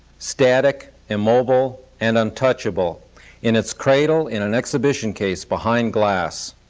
static, immobile, and untouchable in its cradle in an exhibition case behind glass.